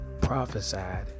prophesied